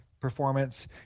performance